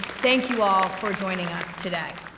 thank you all, for joining us today.